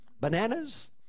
Bananas